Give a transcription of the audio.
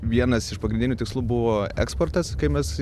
vienas iš pagrindinių tikslų buvo eksportas kai mes